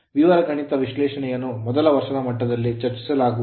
ವಿವರ ಗಣಿತ ವಿಶ್ಲೇಷಣೆಯನ್ನು ಮೊದಲ ವರ್ಷದ ಮಟ್ಟದಲ್ಲಿ ಚರ್ಚಿಸಲಾಗುವುದಿಲ್ಲ